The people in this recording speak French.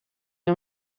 est